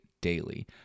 daily